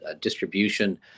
distribution